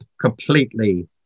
completely